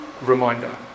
reminder